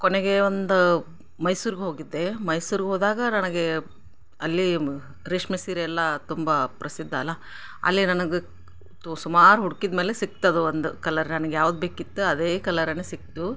ಕೊನೆಗೆ ಒಂದು ಮೈಸೂರಿಗೆ ಹೋಗಿದ್ದೆ ಮೈಸೂರಿಗೆ ಹೋದಾಗ ನನಗೆ ಅಲ್ಲಿ ಮ ರೇಷ್ಮೆ ಸೀರೆ ಎಲ್ಲ ತುಂಬ ಪ್ರಸಿದ್ಧ ಅಲಾ ಅಲ್ಲೇ ನನಗೆ ತೊ ಸುಮಾರು ಹುಡುಕಿದ್ಮೇಲೆ ಸಿಕ್ತು ಅದು ಒಂದು ಕಲರ್ ನನಗೆ ಯಾವ್ದು ಬೇಕಿತ್ತು ಅದೇ ಕಲರನೇ ಸಿಕ್ಕಿತು